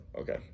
Okay